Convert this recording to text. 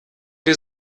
wir